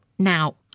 Now